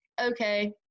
okay